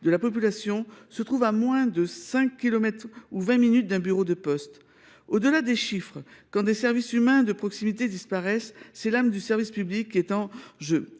de la population se trouve à moins de 5 kilomètres ou de 20 minutes d’un bureau de poste. Au delà des chiffres, quand des services humains de proximité disparaissent, c’est l’âme du service public qui est en jeu.